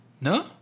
No